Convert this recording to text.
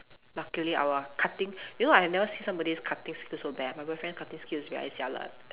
luckily our cutting you know I have never seen somebody's cutting skills so bad my boyfriend cutting skills very jialat